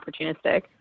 opportunistic